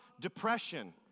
depression